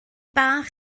bach